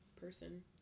person